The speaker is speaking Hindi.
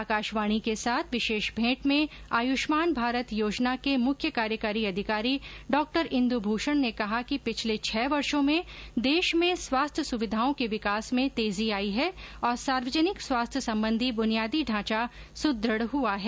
आकाशवाणी के साथ विशेष भेंट में आयुष्मान भारत योजना के मुख्य कार्यकारी अधिकारी डॉक्टर इंदुभूषण ने कहा कि पिछले छह वर्षो में देश में स्वास्थ्य सुविधाओं के विकास में तेजी आई है और सार्वजनिक स्वास्थ्य संबंधी बुनियादी ढांचा सुदृढ़ हुआ है